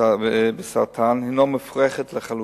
בסרטן היא מופרכת לחלוטין.